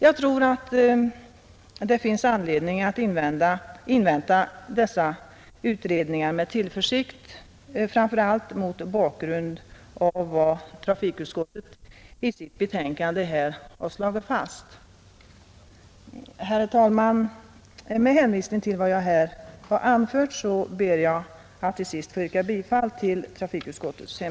Jag tror det finns anledning att invänta dessa utredningar med tillförsikt, framför allt mot bakgrund av vad trafikutskottet i sitt betänkande slagit fast. Herr talman! Med hänvisning till vad jag här har anfört ber jag att till Nr 85